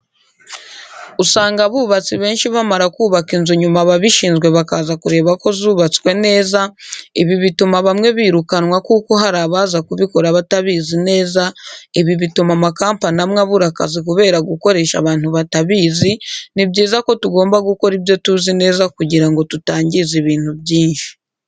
Usanga abubatsi benshi bamara kubaka inzu nyuma ababishinzwe bakaza kureba ko zubatswe neza, ibi bituma bamwe birukanwa kuko hari abaza kubikora batabizi neza, ibi bituma amakampani amwe abura akazi kubera gukoresha abantu batabizi, ni byiza ko tugomba gukora ibyo tuzi neza kugira ngo tutangiza ibintu byinshi.